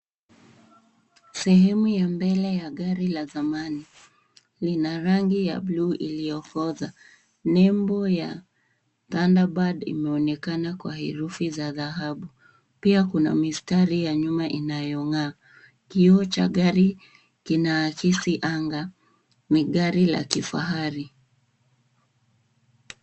Sehemu ya mbele la gari la zamani. Lina rangi ya blue iliyokoza. Nembo ya thunderbird imeonekana kwa herufi za dhahabu. Pia kuna mistari ya nyuma inayong'aa. Kioo cha gari kinaakisi anga. Ni gari la kifahari.